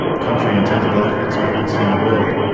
country in terms of life expectancy in the world,